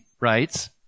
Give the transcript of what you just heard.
writes